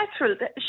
natural